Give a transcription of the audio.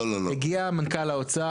הגיע מנכ"ל האוצר,